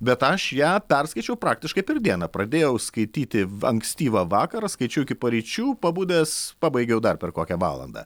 bet aš ją perskaičiau praktiškai per dieną pradėjau skaityti ankstyvą vakarą skaičiau iki paryčių pabudęs pabaigiau dar per kokią valandą